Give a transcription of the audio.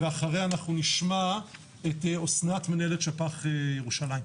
ואחריה אנחנו נשמע את אסנת, מנהלת שפ"ח ירושלים.